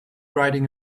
riding